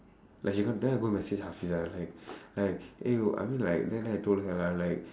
like she go~ then I go message hafeezah like like !hey! I mean like then then I told her I'm like